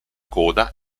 coda